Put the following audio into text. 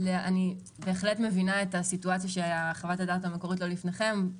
אני בהחלט מבינה את הסיטואציה שחוות הדעת המקורית לא לפניכם,